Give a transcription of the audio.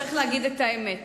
צריך להגיד את האמת.